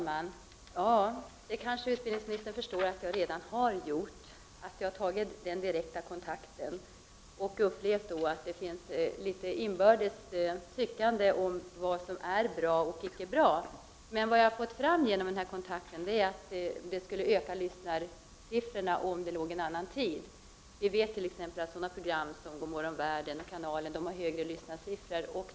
Fru talman! Utbildningsministern kanske förstår att jag redan har tagit direkt kontakt. Jag har då upplevt att det finns inbördes tyckande om vad som är bra och icke bra. Vad jag fått fram genom denna kontakt är att programmet skulle få ökade lyssnarsiffror om det sändes på annan tid. Vi vet t.ex. att sådana program som Godmorgon världen och Kanalen har högre lyssnarsiffror.